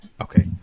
okay